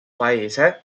paese